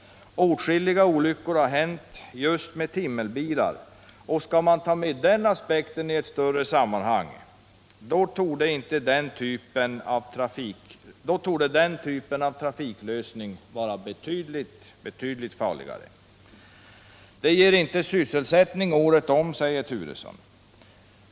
Åtskilliga olyckor har hänt just med timmerbilar, och skall man ta med den aspekten i ett större sammanhang så torde den typen av trafiklösning vara betydligt farligare. Flottningen ger inte sysselsättning året om, säger herr Turesson.